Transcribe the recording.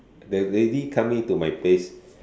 the lady come in to my place